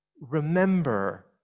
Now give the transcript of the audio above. remember